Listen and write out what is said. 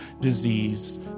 disease